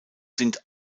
sind